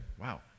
Wow